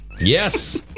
Yes